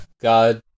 God